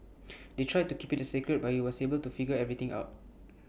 they tried to keep IT A secret but he was able to figure everything out